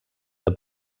der